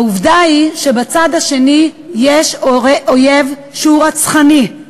העובדה היא שבצד השני יש אויב שהוא רצחני,